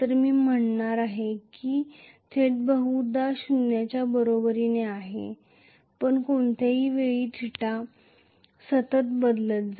मी म्हटणार आहे की थिटा बहुधा शून्याच्या बरोबरीने आहे पण कोणत्याही वेळी थीटा सतत बदलत जाईल